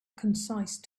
concise